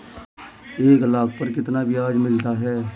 एक लाख पर कितना ब्याज मिलता है?